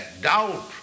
doubt